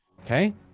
Okay